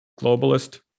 globalist